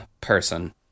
person